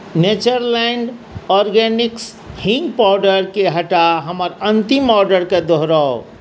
Natureland Organics हीङ्ग पाउडरकेँ हटा हमर अन्तिम ऑर्डरकेँ दोहराउ